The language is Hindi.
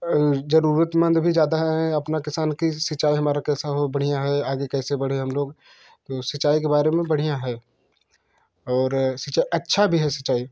ज़रूरतमंद भी ज़्यादा है अपना किसान की सिंचाई हमारा कैसा हो बढ़िया है आगे कैसे बड़े हम लोग सिंचाई के बारे में बढ़िया है और सिंचाई अच्छी भी है सिंचाई